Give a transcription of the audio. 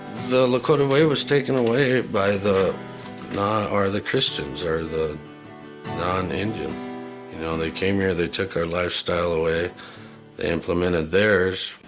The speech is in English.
the lakota way was taken away by the non or the christians or the non-indian. and you you know, they came here, they took our lifestyle away, they implemented theirs.